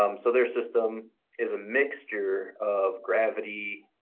um so, their system is a mixture of gravity